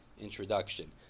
introduction